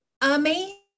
Amazing